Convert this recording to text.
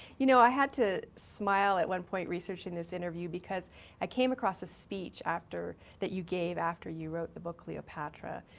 you know, i had to smile, at one point, researching this interview because i came across a speech after that you gave after you wrote the book cleopatra,